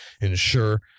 ensure